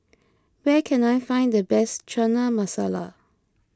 where can I find the best Chana Masala